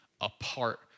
apart